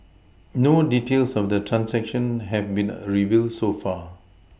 no details of the transaction have been a revealed so far